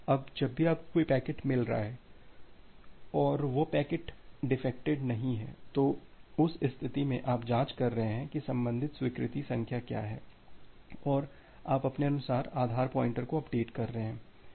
अब जब भी आपको कोई पैकेट मिल रहा है और वह पैकेट डिफेक्टेड नहीं है तो उस स्थिति में आप जाँच कर रहे हैं कि संबंधित स्वीकृति संख्या क्या है और आप अपने अनुसार आधार पॉइंटर को अपडेट कर रहे हैं